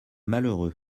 malheureux